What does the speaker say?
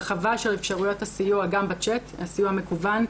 הרחבה של אפשרויות הסיוע גם בצ'אט הסיוע מקוון,